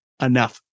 enough